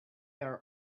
are